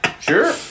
sure